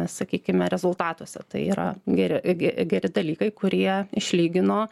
sakykime rezultatuose tai yra geri geri dalykai kurie išlygino